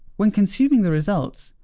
when consuming the results,